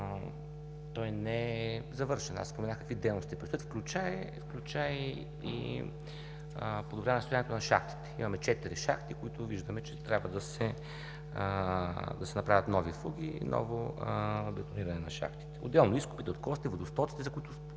той не е завършен. Аз споменах какви дейности предстоят, включая и подобряване състоянието на шахтите. Имаме четири шахти, които виждаме, че трябва да се направят, нови фуги, ново бетониране на шахтите. Отделно изкопите, откосите, водостоците, за които